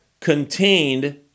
contained